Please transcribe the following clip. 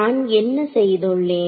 நான் என்ன செய்துள்ளேன்